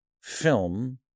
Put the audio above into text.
film